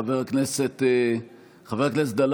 חבר הכנסת דלל.